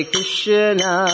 Krishna